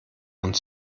und